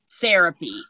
therapy